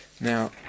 Now